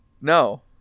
No